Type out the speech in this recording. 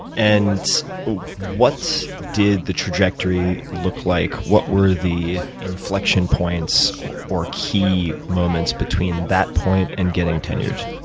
and what did the trajectory look like? what were the inflection points or key moments between that point and getting tenured?